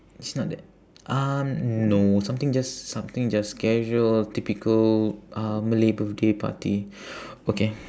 it's not that um no something just something just casual typical uh malay birthday party okay